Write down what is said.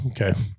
Okay